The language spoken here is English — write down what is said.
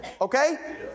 Okay